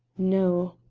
no.